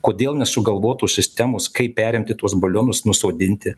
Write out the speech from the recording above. kodėl nesugalvotos sistemos kaip perimti tuos balionus nusodinti